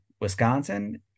Wisconsin